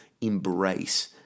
embrace